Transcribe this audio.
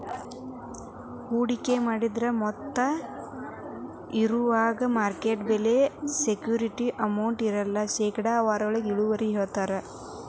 ಹೂಡಿಕೆ ಮಾಡಿದ್ರ ಮೊತ್ತ ಇವಾಗಿನ ಮಾರ್ಕೆಟ್ ಬೆಲೆ ಸೆಕ್ಯೂರಿಟಿ ಅಮೌಂಟ್ ಇವೆಲ್ಲದರ ಶೇಕಡಾವಾರೊಳಗ ಇಳುವರಿನ ಹೇಳ್ತಾರಾ